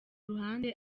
ruhande